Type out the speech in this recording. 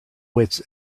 wits